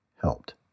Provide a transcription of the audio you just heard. helped